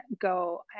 go